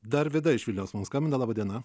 darvydą išvilios mums skambina laba diena